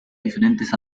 diferentes